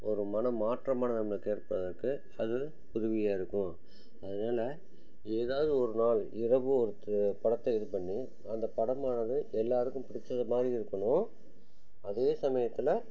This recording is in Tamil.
ஒரு மனம் மாற்றமான நம்மளுக்கு ஏற்படுவதற்கு அது உதவியாக இருக்கும் அதனால ஏதாவது ஒரு நாள் இரவு ஒரு து படத்தை இது பண்ணி அந்த படமானது எல்லோருக்கும் பிடிச்சது மாதிரி இருக்கணும் அதே சமயத்தில்